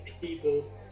people